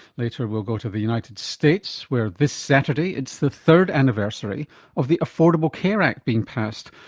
later we'll go to the united states, where this saturday it's the third anniversary of the affordable care act being passed,